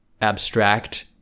abstract